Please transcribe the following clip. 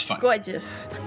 Gorgeous